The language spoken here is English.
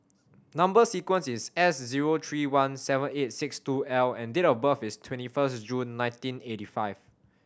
number sequence is S zero three one seven eight six two L and date of birth is twenty first June nineteen eighty five